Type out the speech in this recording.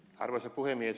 arvoisa puhemies